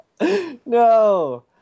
No